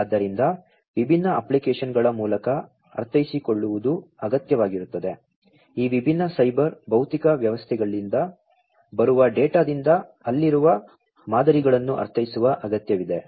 ಆದ್ದರಿಂದ ವಿಭಿನ್ನ ಅಪ್ಲಿಕೇಶನ್ಗಳ ಮೂಲಕ ಅರ್ಥೈಸಿಕೊಳ್ಳುವುದು ಅಗತ್ಯವಾಗಿರುತ್ತದೆ ಈ ವಿಭಿನ್ನ ಸೈಬರ್ ಭೌತಿಕ ವ್ಯವಸ್ಥೆಗಳಿಂದ ಬರುವ ಡೇಟಾದಿಂದ ಅಲ್ಲಿರುವ ಮಾದರಿಗಳನ್ನು ಅರ್ಥೈಸುವ ಅಗತ್ಯವಿದೆ